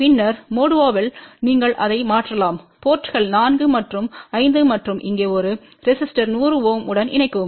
பின்னர் மோடுவாவில் நீங்கள் இதை மாற்றலாம் போர்ட்ங்கள் 4 மற்றும் 5 மற்றும் இங்கே ஒரு ரெசிஸ்டோர் 100 Ω உடன் இணைக்கவும்